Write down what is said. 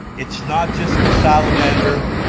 it's not just the salamander,